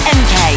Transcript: mk